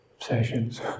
obsessions